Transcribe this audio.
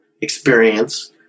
experience